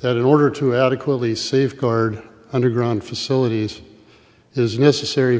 that in order to adequately safeguard underground facilities is necessary